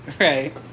Right